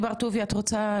יש לך את זכות הדיבור.